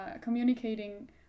communicating